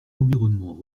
environnement